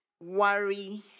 worry